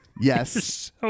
yes